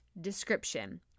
description